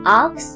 ox